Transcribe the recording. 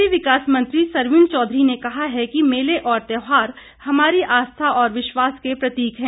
शहरी विकास मंत्री सरवीण चौधरी ने कहा है कि मेले और त्योहार हमारी आस्था और विश्वास के प्रतीक है